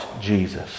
Jesus